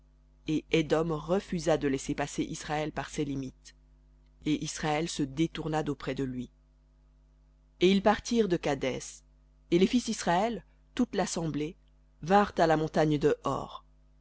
et édom refusa de laisser passer israël par ses limites et israël se détourna d'auprès de lui et ils partirent de kadès et les fils d'israël toute l'assemblée vinrent à la montagne de hor